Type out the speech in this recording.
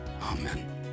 amen